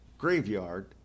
Graveyard